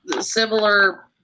similar